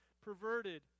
perverted